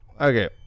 okay